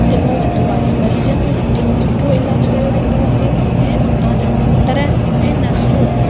ॾिनो वेंदो आहे मरीजनि जो सुठे में सुठो इलाज कयो वेंदो आहे ऐं उतां जा डॉक्टर ऐं नर्सूं